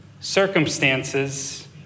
circumstances